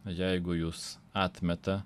jeigu jūs atmeta